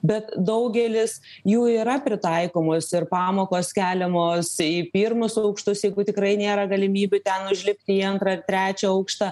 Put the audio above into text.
bet daugelis jų yra pritaikomos ir pamokos keliamos į pirmus aukštus jeigu tikrai nėra galimybių ten užlipti į antrą ar trečią aukštą